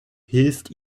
hilft